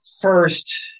first